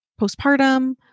postpartum